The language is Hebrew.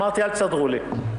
אמרתי: אל תסדרו לי.